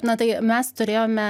na tai mes turėjome